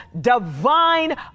divine